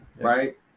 Right